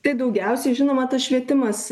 tai daugiausiai žinoma tas švietimas